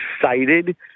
excited